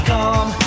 Come